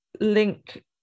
link